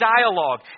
dialogue